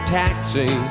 taxi